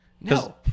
No